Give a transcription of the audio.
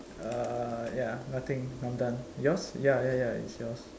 uh ya nothing I'm done yours ya ya ya it's yours